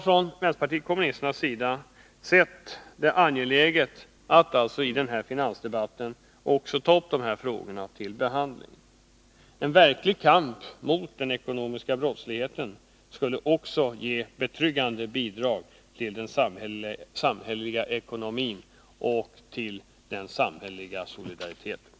Från vpk har vi sett det angeläget att i denna finansdebatt ta upp dessa frågor till behandling. En verklig kamp mot den ekonomiska brottsligheten skulle också ge betryggande bidrag till den samhälleliga ekonomin och solidariteten.